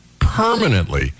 permanently